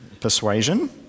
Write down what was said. persuasion